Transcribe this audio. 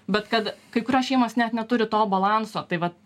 bet kad kai kurios šeimos net neturi to balanso tai vat